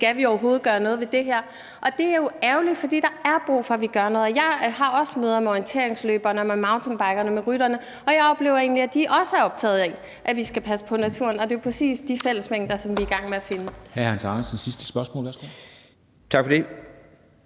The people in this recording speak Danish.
Skal vi overhovedet gøre noget ved det her? Og det er jo ærgerligt, for der er brug for, at vi gør noget. Jeg har også møder med orienteringsløberne og med mountainbikerne og med rytterne, og jeg oplever egentlig, at de også er optaget af, at vi skal passe på naturen. Det er jo præcis de fællesmængder, som vi er i gang med at finde. Kl. 14:17 Formanden (Henrik